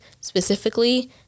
specifically